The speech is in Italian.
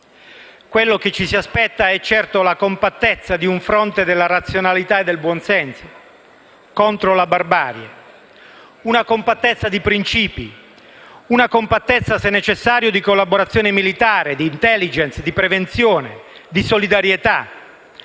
Quello che ci si aspetta è certo la compattezza di un fronte della razionalità e del buon senso contro la barbarie. Una compattezza di principi. Una compattezza, se necessaria, di collaborazione militare, di *intelligence*, di prevenzione e di solidarietà.